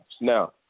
Now